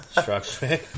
structure